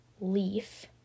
leaf